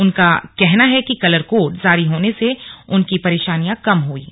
उनका कहना है कि कलर कोड जारी होने से उनकी परेशानियां कम हो हई हैं